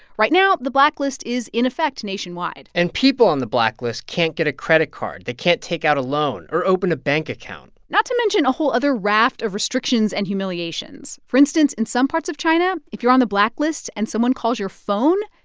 right now the blacklist is in effect nationwide and people on the blacklist can't get a credit card. they can't take out a loan or open a bank account not to mention a whole other raft of restrictions and humiliations. for instance, in some parts of china, if you're on the blacklist and someone calls your phone,